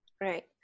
Right